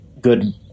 good